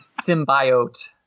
symbiote